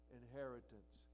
inheritance